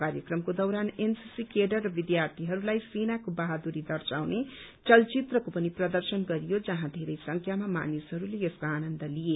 कार्यक्रमको दौरान NCC cadet र विद्यार्थीहरूलाई सेनाको बहादुरी दर्शाउने चलचित्रको पनि प्रदर्शन गरियो जहाँ धेरै संख्यामा मानिसहरूले यसको आनन्द लिए